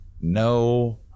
No